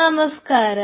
നമസ്കാരം